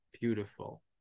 Beautiful